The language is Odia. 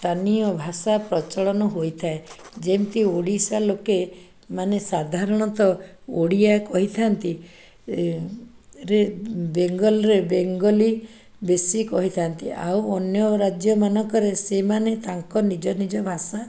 ସ୍ଥାନୀୟ ଭାଷା ପ୍ରଚଳନ ହୋଇଥାଏ ଯେମିତି ଓଡ଼ିଶା ଲୋକେ ମାନେ ସାଧାରଣତଃ ଓଡ଼ିଆ କହିଥାଆନ୍ତିରେ ବେଙ୍ଗଲରେ ବେଙ୍ଗଲୀ ବେଶୀ କହିଥାନ୍ତି ଆଉ ଅନ୍ୟ ରାଜ୍ୟ ମାନଙ୍କରେ ସେମାନେ ତାଙ୍କ ନିଜ ନିଜ ଭାଷା